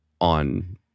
on